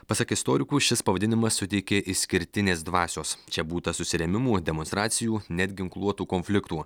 pasak istorikų šis pavadinimas suteikė išskirtinės dvasios čia būta susirėmimų demonstracijų net ginkluotų konfliktų